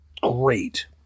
Great